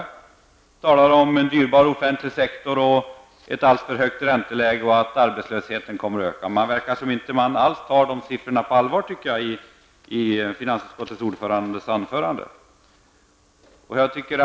Det är tal om en dyrbar offentlig sektor och ett alltför högt ränteläge och att arbetslösheten kommer att öka. I finansutskottets ordförandes anförande verkar det som om han inte tar de siffrorna på allvar.